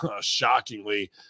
shockingly